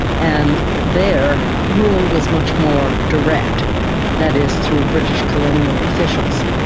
and there, rule was much more direct that is, through british colonial officials.